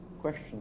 question